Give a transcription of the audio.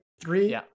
Three